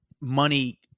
money